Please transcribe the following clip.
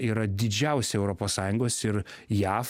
yra didžiausia europos sąjungos ir jaf